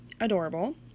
adorable